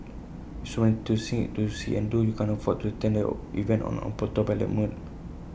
with so many to see to see and do you can't afford to attend A event on autopilot mode